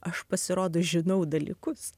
aš pasirodo žinau dalykus